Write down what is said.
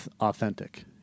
authentic